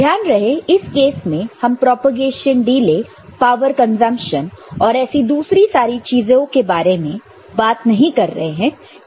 ध्यान रहे इस केस में हम प्रोपेगेशन डिले पावर कंजप्शन और ऐसी दूसरी सारी चीजों के बारे में बात नहीं कर रहे हैं